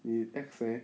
你很 x~ eh